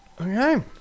Okay